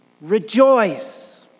Rejoice